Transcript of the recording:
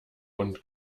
und